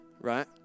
right